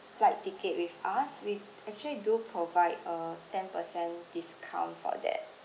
flight ticket with us we actually do provide a ten percent discount for that